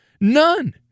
None